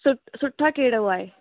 सुठ सुठा कहिड़ो आहे